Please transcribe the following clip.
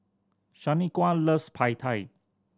Shanequa loves Pad Thai